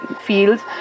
fields